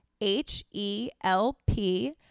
H-E-L-P